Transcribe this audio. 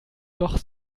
doch